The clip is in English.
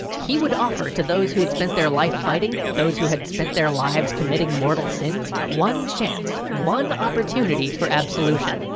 he would offer to those who have spent their life fighting, those who had spent their lives committing mortal sins, one chance, one opportunity for absolution.